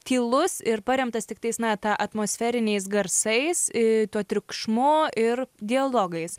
tylus ir paremtas tiktais na ta atmosferiniais garsais i tuo triukšmu ir dialogais